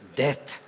death